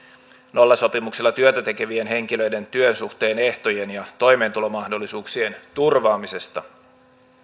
nollasopimuksella työtä tekevien henkilöiden työsuhteen ehtojen ja toimeentulomahdollisuuksien turvaamisesta